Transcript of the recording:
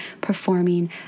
performing